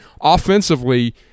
offensively